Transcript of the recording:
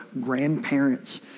grandparents